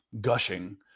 gushing